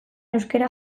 euskara